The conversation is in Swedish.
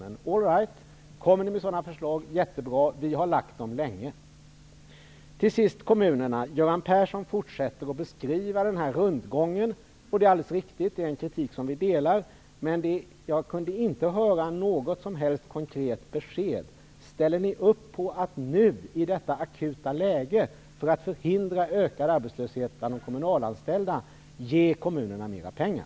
Men all right, kommer ni med sådana förslag är det mycket bra. Vi har lagt fram sådana förslag under en lång tid. Till sist några ord om kommunerna. Göran Persson fortsätter att beskriva rundgången. Det som sägs är alldeles riktigt. Vi ansluter oss till den kritiken. Men jag kunde inte uppfatta något som helst konkret besked när det gäller följande: Ställer ni för att förhindra en ökad arbetslöshet bland de kommunalanställda upp på att nu, i detta akuta läge, ge kommunerna mera pengar?